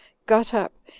got up,